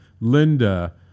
Linda